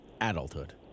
adulthood